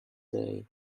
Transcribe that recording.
day